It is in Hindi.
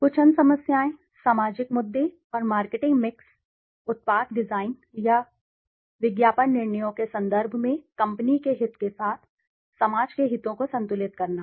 कुछ अन्य समस्याएं सामाजिक मुद्दे और मार्केटिंग मिक्स उत्पाद डिजाइन या विज्ञापन निर्णयों के संदर्भ में कंपनी के हित के साथ समाज के हितों को संतुलित करना